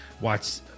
Watch